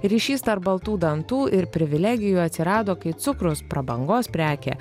ryšys tarp baltų dantų ir privilegijų atsirado kai cukrus prabangos prekė